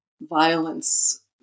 violence